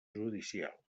judicial